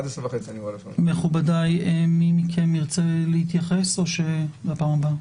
מכובדיי מי מכם ירצה להתייחס או שבפעם הבאה?